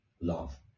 love